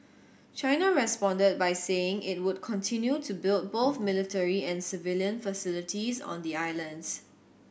China responded by saying it would continue to build both military and civilian facilities on the islands